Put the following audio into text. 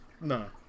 No